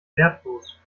wertlos